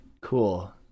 cool